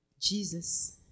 Jesus